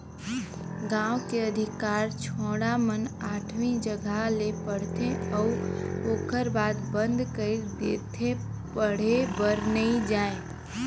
गांव के अधिकार छौड़ा मन आठवी जघा ले पढ़थे अउ ओखर बाद बंद कइर देथे पढ़े बर नइ जायें